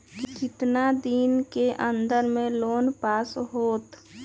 कितना दिन के अन्दर में लोन पास होत?